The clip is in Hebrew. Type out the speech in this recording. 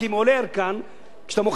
כשאתה מוכר אותן אתה חייב לשלם מס.